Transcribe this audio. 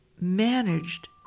managed